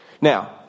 Now